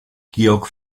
georg